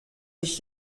ich